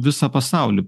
visą pasaulį